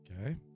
Okay